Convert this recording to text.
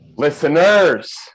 Listeners